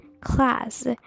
class